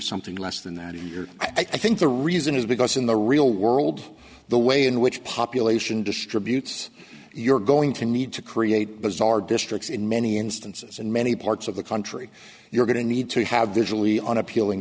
something less than that in your i think the reason is because in the real world the way in which population distributes you're going to need to create bizarre districts in many instances in many parts of the country you're going to need to have this really unappealing